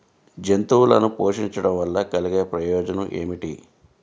జంతువులను పోషించడం వల్ల కలిగే ప్రయోజనం ఏమిటీ?